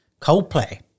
Coldplay